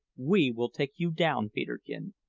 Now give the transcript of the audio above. we will take you down, peterkin,